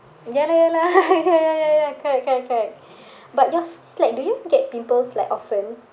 ya lah ya lah ya ya ya ya correct correct correct but your face like do you get pimples like often